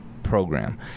program